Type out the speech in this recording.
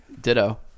Ditto